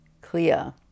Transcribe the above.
clear